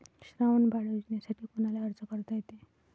श्रावण बाळ योजनेसाठी कुनाले अर्ज करता येते?